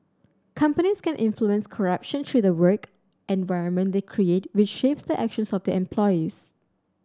companies can influence corruption through the work environment they create which shapes the actions of their employees